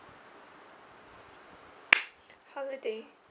holiday